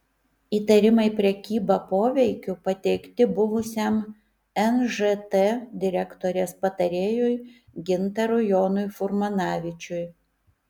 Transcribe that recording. įtarimai prekyba poveikiu pateikti buvusiam nžt direktorės patarėjui gintarui jonui furmanavičiui